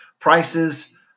Prices